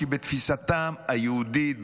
כי בתפיסתם היהודית,